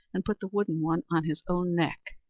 and put the wooden one on his own neck.